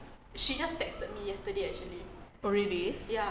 oh really